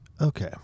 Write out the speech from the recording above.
okay